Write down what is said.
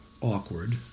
awkward